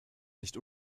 nicht